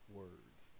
words